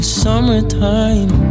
summertime